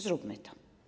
Zróbmy to.